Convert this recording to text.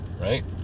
right